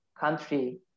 country